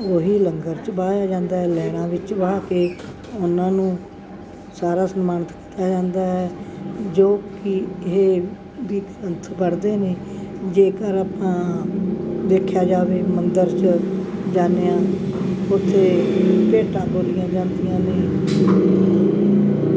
ਉਹ ਹੀ ਲੰਗਰ 'ਚ ਬਹਾਇਆ ਜਾਂਦਾ ਲੈਣਾ ਵਿੱਚ ਬਹਾ ਕੇ ਉਹਨਾਂ ਨੂੰ ਸਾਰਾ ਸਨਮਾਨਿਤ ਕੀਤਾ ਜਾਂਦਾ ਹੈ ਜੋ ਕਿ ਇਹ ਦੀ ਗ੍ਰੰਥ ਪੜ੍ਹਦੇ ਨੇ ਜੇਕਰ ਆਪਾਂ ਦੇਖਿਆ ਜਾਵੇ ਮੰਦਰ 'ਚ ਜਾਂਦੇ ਹਾਂ ਉੱਥੇ ਭੇਟਾਂ ਬੋਲੀਆਂ ਜਾਂਦੀਆਂ ਨੇ